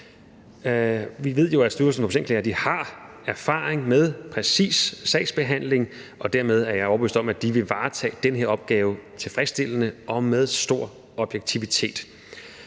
vi ved jo, at Styrelsen for Patientklager har erfaring med præcis sagsbehandling, og dermed er jeg overbevist om, at de vil varetage den her opgave tilfredsstillende og med stor objektivitet.